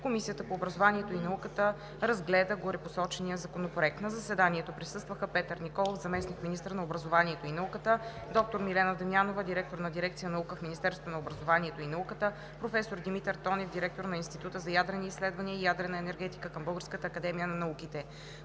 Комисията по образованието и науката разгледа горепосочения законопроект. На заседанието присъстваха: Петър Николов – заместник министър на образованието и науката, доктор Милена Дамянова – директор на дирекция „Наука“ в Министерството на образованието и науката, професор Димитър Тонев – директор на Института за ядрени изследвания и ядрена енергетика към Българската академия на науките.